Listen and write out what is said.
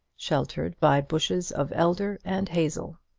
sheltered by bushes of elder and hazel.